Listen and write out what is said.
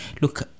Look